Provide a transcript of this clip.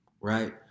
right